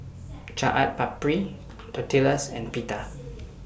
Chaat Papri Tortillas and Pita